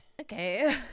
okay